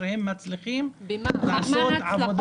הם מצליחים לעשות עבודת --- במה הם מצליחים?